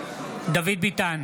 (קורא בשמות חברי הכנסת) דוד ביטן,